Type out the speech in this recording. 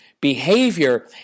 behavior